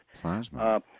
Plasma